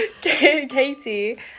Katie